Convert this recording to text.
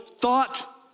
thought